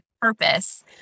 purpose